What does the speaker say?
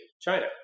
China